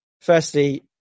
Firstly